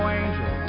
angel